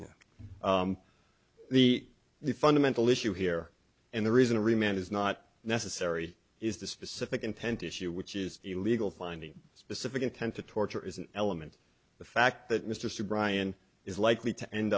e the fundamental issue here and the reason it remained is not necessary is the specific intent issue which is illegal finding a specific intent to torture is an element the fact that mr bryan is likely to end